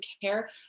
care